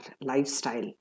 lifestyle